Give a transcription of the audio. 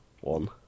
one